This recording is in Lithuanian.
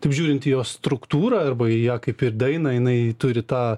taip žiūrint į jos struktūrą arba į ją kaip ir dainą jinai turi tą